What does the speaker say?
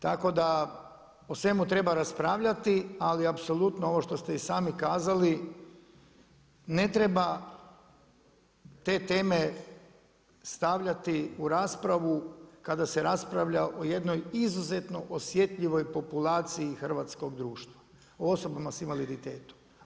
Tako da o svemu treba raspravljati, ali apsolutno ovo što ste i sami kazali, ne treba te teme stavljati u raspravu kada se raspravlja o jednoj izuzetno osjetljivoj populaciji hrvatskog društva, osoba s invaliditetom.